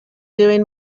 doing